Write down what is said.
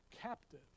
Captive